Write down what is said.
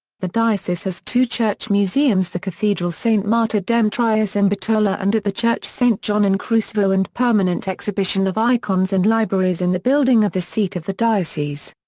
the diocese has two church museums the cathedral st. martyr demetrius in bitola and at the church st. john in krusevo and permanent exhibition of icons and libraries in the building of the seat of the diocese.